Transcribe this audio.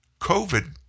COVID